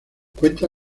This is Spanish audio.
cuenta